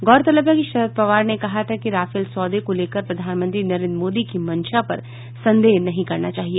गौरतलब है कि शरद पवार ने कहा था कि राफेल सौदे को लेकर प्रधानमंत्री नरेन्द्र मोदी की मंशा पर संदेह नहीं करना चाहिए